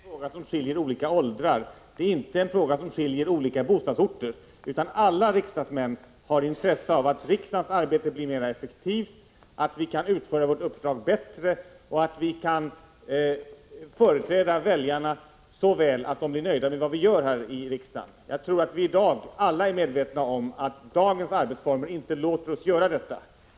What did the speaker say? Herr talman! Jag vill bara uttrycka min uppskattning av vad Olle Svensson just sade. Jag tror att det här inte är en fråga som skiljer olika åldrar. Det är inte en fråga som skiljer människor från olika bostadsorter, utan alla riksdagsledamöter har intresse av att riksdagens arbete blir mer effektivt, att vi kan utföra vårt uppdrag bättre än nu och att vi kan företräda väljarna så väl att de blir nöjda med vad vi gör här i riksdagen. Jag tror att vi alla är medvetna om att dagens arbetsformer inte låter oss göra det.